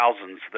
thousands